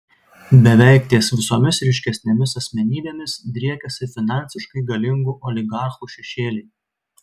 beveik ties visomis ryškesnėmis asmenybėmis driekiasi finansiškai galingų oligarchų šešėliai